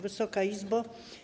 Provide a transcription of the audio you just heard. Wysoka Izbo!